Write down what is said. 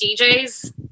DJs